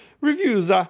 Reviews